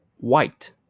white